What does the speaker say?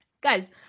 Guys